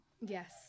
Yes